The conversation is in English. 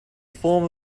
form